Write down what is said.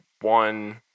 one